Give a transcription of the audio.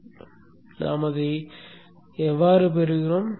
எனவே நாம் அதை எப்படி பெறுகிறோம்